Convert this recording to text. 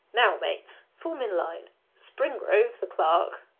now mates, form in line springrove, the clerk,